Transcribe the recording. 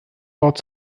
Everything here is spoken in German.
wort